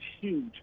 huge